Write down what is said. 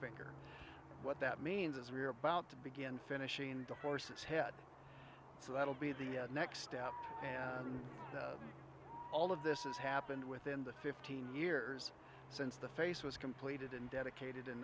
finger what that means is we're about to begin finishing the horse's head so that'll be the next step and all of this is happened within the fifteen years since the face was completed and dedicated in